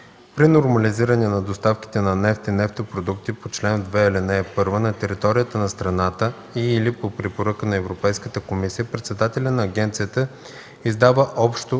При нормализиране на доставките на нефт и нефтопродукти по чл. 2, ал. 1 на територията на страната и/или по препоръка на Европейската комисия председателят на агенцията издава общо